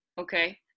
Okay